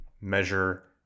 measure